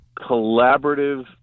collaborative